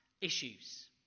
issues